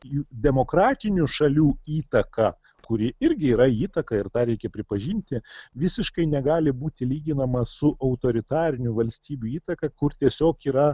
jų demokratinių šalių įtaka kuri irgi yra įtaką ir tą reikia pripažinti visiškai negali būti lyginama su autoritarinių valstybių įtaka kur tiesiog yra